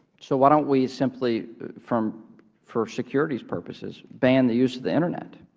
so why don't we simply from for securities purposes ban the use of the internet?